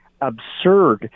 absurd